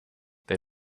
they